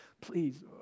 please